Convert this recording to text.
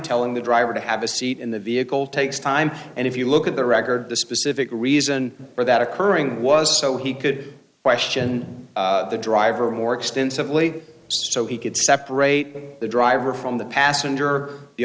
telling the driver to have a seat in the vehicle takes time and if you look at the record the specific reason for that occurring was so he could question the driver more extensively so he could separate the driver from the passenger the